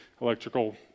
Electrical